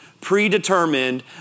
predetermined